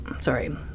sorry